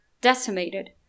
decimated